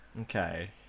Okay